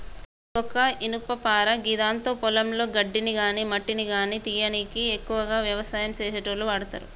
ఇది ఒక ఇనుపపార గిదాంతో పొలంలో గడ్డిని గాని మట్టిని గానీ తీయనీకి ఎక్కువగా వ్యవసాయం చేసేటోళ్లు వాడతరు